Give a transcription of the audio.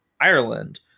Ireland